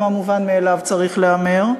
גם המובן מאליו צריך להיאמר.